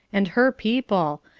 and her people,